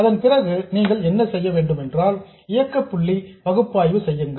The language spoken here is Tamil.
அதன்பிறகு நீங்கள் என்ன செய்ய வேண்டும் என்றால் இயக்க புள்ளி பகுப்பாய்வு செய்யுங்கள்